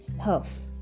health